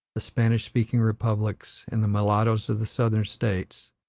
the spanish-speaking republics, and the mulattoes of the southern states,